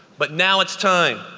but now it's time.